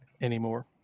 anymore